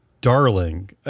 darling